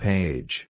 Page